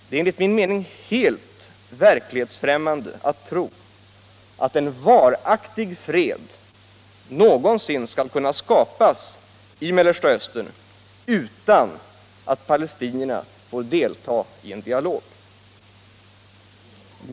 Det är enligt min mening helt verklighetsfrämmande att tro att en varaktig fred någonsin skall kunna skapas i Mellersta Östern utan att palestinierna får delta i en dialog.